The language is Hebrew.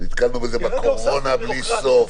נתקלנו בזה בקורונה בלי סוף.